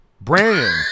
Brandon